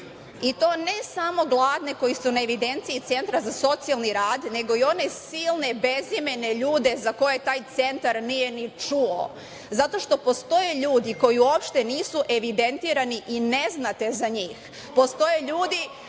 i to ne samo gladne koji su na evidenciji Centra za socijalni rad, nego i one silne bezimene ljude za koje taj centar nije ni čuo zato što postoje ljudi koji uopšte nisu evidentirani i ne znate za njih.